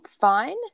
fine